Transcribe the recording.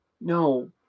No